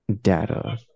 data